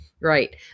right